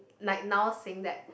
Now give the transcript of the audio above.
like now saying that